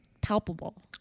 palpable